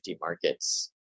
markets